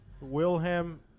Wilhelm